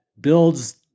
builds